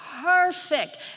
Perfect